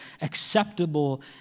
acceptable